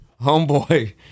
homeboy